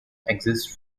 exists